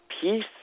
peace